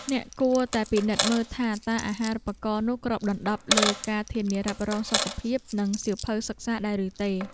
អ្នកគួរតែពិនិត្យមើលថាតើអាហារូបករណ៍នោះគ្របដណ្តប់លើការធានារ៉ាប់រងសុខភាពនិងសៀវភៅសិក្សាដែរឬទេ។